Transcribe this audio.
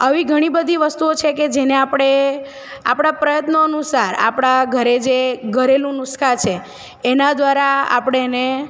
આવી ઘણી બધી વસ્તુઓ છે કે જેને આપણે આપણા પ્રયત્નોનુસાર આપણા ઘરે જે ઘરેલું નુસખા છે એના દ્વારા આપણે એને